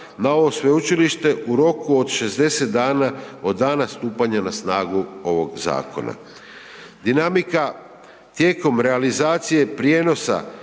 na ovo sveučilište u roku od 60 dana od dana stupanja na snagu ovog zakona. Dinamika tijekom realizacije prijenosa